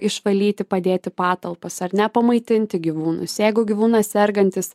išvalyti padėti patalpas ar ne pamaitinti gyvūnus jeigu gyvūnas sergantis